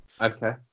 Okay